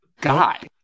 Guy